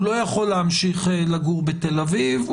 הוא לא יכול להמשיך לגור בתל אביב,